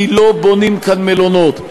כי לא בונים כאן מלונות,